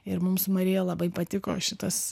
ir mums su marija labai patiko šitas